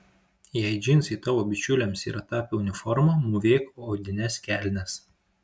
jei džinsai tavo bičiulėms yra tapę uniforma mūvėk odines kelnes